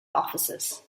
officers